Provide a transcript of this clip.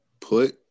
put